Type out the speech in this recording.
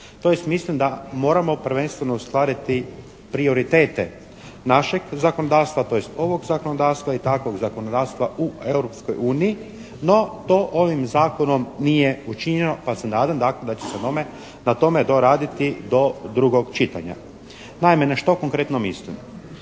mislim da moramo prvenstveno ostvariti prioritete našeg zakonodavstva, tj. ovog zakonodavstva i takvog zakonodavstva u Europskoj uniji. No to ovim zakonom nije učinjeno pa se nadam da će se na tome doraditi do drugog čitanja. Naime, na što konkretno mislim?